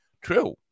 True